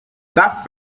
that